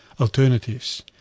alternatives